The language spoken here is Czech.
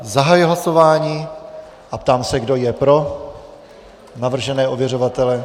Zahajuji hlasování a ptám se, kdo je pro navržené ověřovatele.